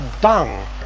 dung